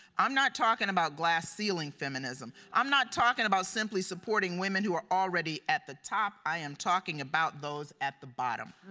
i'm not talking about glass ceiling feminism. i'm not talking about simply supporting women who are already at the top. i am talking about those at the bottom.